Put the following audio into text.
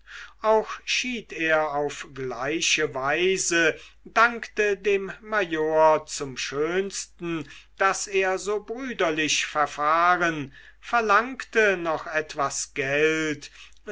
auch schied er auf gleiche weise dankte dem major zum schönsten daß er so brüderlich verfahren verlangte noch etwas geld